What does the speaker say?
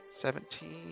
seventeen